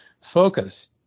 focus